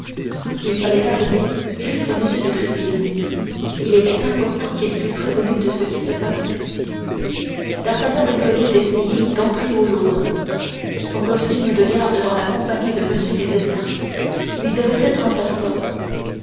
il fallait arriver jusqu'à m de tréville il était important qu'il fût prévenu de ce qui se passait d'artagnan résolut d'essayer d'entrer au louvre son costume de garde dans la compagnie de m des essarts lui devait être un passeport